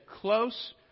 close